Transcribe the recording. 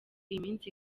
iminsi